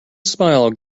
smile